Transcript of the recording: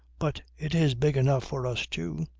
but it is big enough for us two.